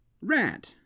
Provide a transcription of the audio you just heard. rat